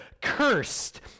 Cursed